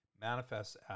Manifests